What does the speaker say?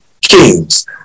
kings